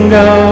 go